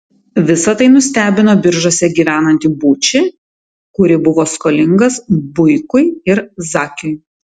visa tai nustebino biržuose gyvenantį būčį kuri buvo skolingas buikui ir zakiui